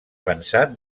pensat